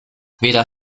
weder